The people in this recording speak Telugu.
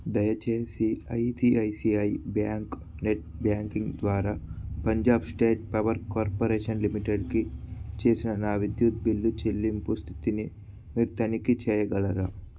దయచేసి ఐసీఐసీఐ బ్యాంక్ నెట్ బ్యాంకింగ్ ద్వారా పంజాబ్ స్టేట్ పవర్ కార్పొరేషన్ లిమిటెడ్కి చేసిన నా విద్యుత్ బిల్లు చెల్లింపు స్థితిని మీరు తనిఖీ చేయగలరా